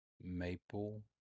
Maple